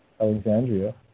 Alexandria